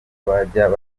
bajyaga